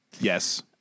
Yes